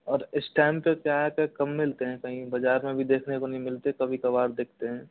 और इस टेम पे क्या है कि कम मिलते हैं कहीं बाजार में देखने को नहीं मिलते कभी कबार दिखते हैं